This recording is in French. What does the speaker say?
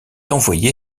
envoyé